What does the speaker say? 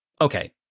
Okay